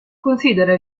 considera